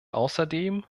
außerdem